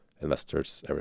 investors